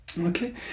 Okay